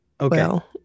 okay